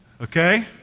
Okay